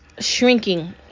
Shrinking